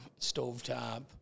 stovetop